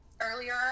earlier